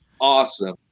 awesome